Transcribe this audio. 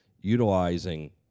utilizing